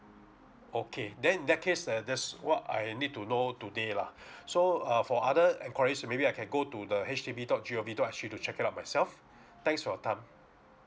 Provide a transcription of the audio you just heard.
okay then in that case uh that's what I need to know today lah so uh for other enquiries maybe I can go to the H D B dot gov dot sg to check it up myself thanks for your time